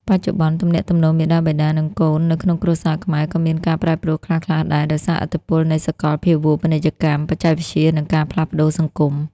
បច្ចុប្បន្ន ទំនាក់ទំនងមាតាបិតា និងកូននៅក្នុងគ្រួសារខ្មែរក៏មានការប្រែប្រួលខ្លះៗដែរ ដោយសារឥទ្ធិពលនៃសកលភាវូបនីយកម្ម បច្ចេកវិទ្យា និងការផ្លាស់ប្ដូរសង្គម។